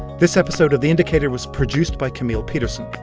this episode of the indicator was produced by camille petersen.